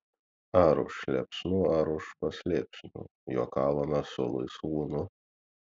ar už slėpsnų ar už paslėpsnių juokavome su laisvūnu